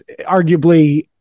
arguably –